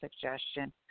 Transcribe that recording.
suggestion